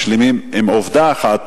משלימים עם עובדה אחת,